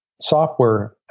software